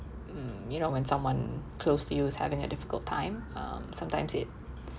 mm you know when someone close to you is having a difficult time um sometimes it